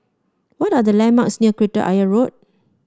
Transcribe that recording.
what are the landmarks near Kreta Ayer Road